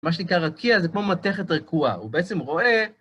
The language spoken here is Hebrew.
מה שנקרא רקיע זה כמו מתכת רקועה, הוא בעצם רואה...